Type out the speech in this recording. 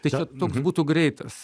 tai kad būtų greitas